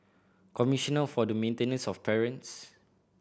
Commissioner for the Maintenance of Parents